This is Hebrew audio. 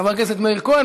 חבר הכנסת מאיר כהן,